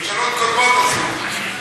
ממשלות קודמות עשו.